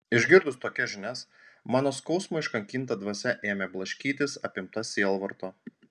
išgirdus tokias žinias mano skausmo iškankinta dvasia ėmė blaškytis apimta sielvarto